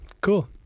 cool